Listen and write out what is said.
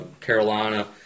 Carolina